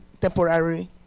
temporary